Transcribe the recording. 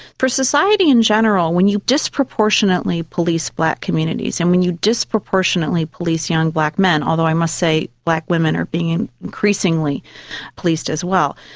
for society in general, when you disproportionately police black communities and when you disproportionately police young black men, although i must say black women are being increasingly policed as well,